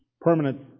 permanent